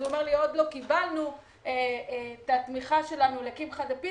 הוא אמר לי: עוד לא קיבלנו את התמיכה שלנו לקמחא דפסחא.